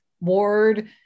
ward